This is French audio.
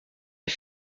est